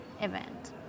event